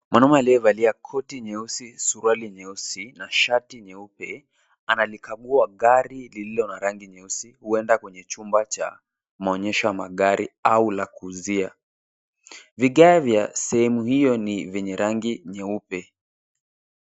Mwanaume aliyevalia koti nyeusi, suruali nyeusi na shati nyeupe, analikagua gari lililo na rangi nyeusi, huenda kwenye chumba cha maonyesho ya magari au la kuuzia. Vigae vya sehemu hio ni vyenye rangi nyeupe.